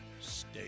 Stay